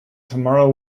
tomorrow